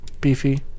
beefy